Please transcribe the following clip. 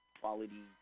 quality